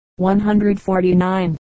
149